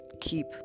keep